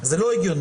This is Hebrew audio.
זה לא הגיוני.